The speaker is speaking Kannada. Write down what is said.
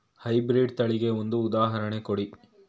ಹೈ ಬ್ರೀಡ್ ತಳಿಗೆ ಒಂದು ಉದಾಹರಣೆ ಕೊಡಿ?